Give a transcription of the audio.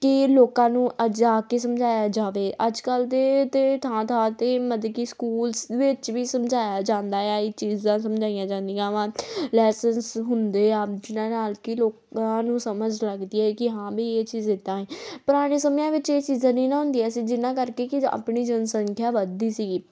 ਕਿ ਲੋਕਾਂ ਨੂੰ ਜਾ ਕੇ ਸਮਝਾਇਆ ਜਾਵੇ ਅੱਜ ਕੱਲ੍ਹ ਦੇ ਤਾਂ ਥਾਂ ਥਾਂ 'ਤੇ ਮਤਲਬ ਕਿ ਸਕੂਲਸ ਵਿੱਚ ਵੀ ਸਮਝਾਇਆ ਜਾਂਦਾ ਆ ਇਹ ਚੀਜ਼ਾਂ ਸਮਝਾਈਆਂ ਜਾਂਦੀਆਂ ਵਾ ਲੈਸਨਸ ਹੁੰਦੇ ਆ ਜਿਨ੍ਹਾਂ ਨਾਲ ਕਿ ਲੋਕਾਂ ਨੂੰ ਸਮਝ ਲੱਗਦੀ ਹੈ ਕਿ ਹਾਂ ਵੀ ਇਹ ਚੀਜ਼ ਇੱਦਾਂ ਹੈ ਪੁਰਾਣੇ ਸਮਿਆਂ ਵਿੱਚ ਇਹ ਚੀਜ਼ਾਂ ਨਹੀਂ ਨਾ ਹੁੰਦੀਆਂ ਸੀ ਜਿਨ੍ਹਾਂ ਕਰਕੇ ਕਿ ਆਪਣੀ ਜਨਸੰਖਿਆ ਵੱਧਦੀ ਸੀਗੀ